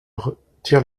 retire